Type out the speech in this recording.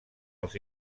els